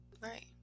right